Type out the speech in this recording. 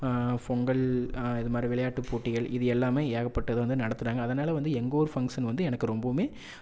பொங்கல் இதுமாதிரி விளையாட்டுப் போட்டிகள் இது எல்லாமே ஏகப்பட்டது வந்து நடத்துகிறாங்க அதனால வந்து எங்கள் ஊர் ஃபங்ஷன் வந்து எனக்கு ரொம்பவுமே